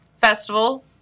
Festival